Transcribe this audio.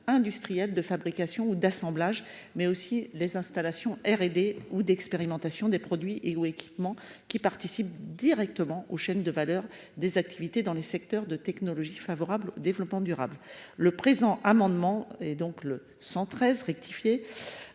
industrielles de fabrication ou d'assemblage mais aussi les installations R&D ou d'expérimentation des produits et équipements qui participent directement aux chaînes de valeur des activités dans les secteurs de technologie favorable au développement durable. Le présent amendement et donc le 113 rectifié